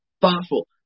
thoughtful